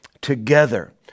together